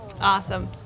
Awesome